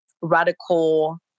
radical